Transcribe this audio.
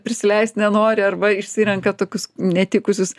prisileist nenori arba išsirenka tokius netikusius